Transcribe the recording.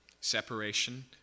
Separation